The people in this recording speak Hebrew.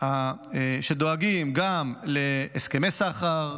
שדואגות גם להסכמי סחר,